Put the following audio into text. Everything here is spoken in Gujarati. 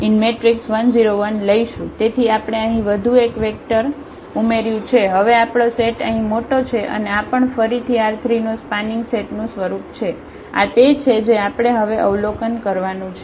તેથી આપણે અહીં વધુ એક વેક્ટર ઉમેર્યું છે હવે આપણો સેટ અહીં મોટો છે અને આ પણ ફરીથી R3 નો સ્પાનિંગ સેટ નું સ્વરૂપ છે આ તે છે જે આપણે હવે અવલોકન કરવાનું છે